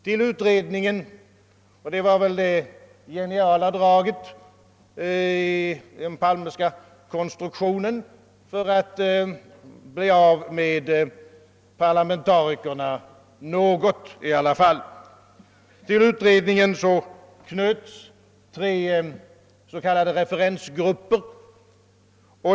Till utredningen knöts — och det var väl det geniala draget i den Palmeska rekonstruktionen för att åtminstone i någon mån bli av med parlamentarikerna — tre s.k. referensgrupper.